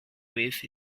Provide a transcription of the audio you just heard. with